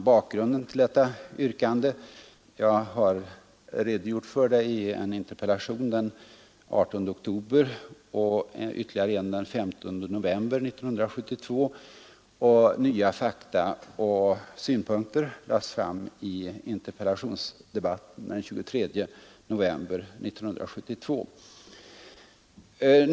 Bakgrunden till detta yrkande har jag redogjort för i en interpellation den 18 oktober 1972 och i ytterligare en interpellation den 15 november 1972. Nya fakta och synpunkter lades fram i interpellationsdebatten den 23 november 1972 om importhindren för den chilenska kopparn.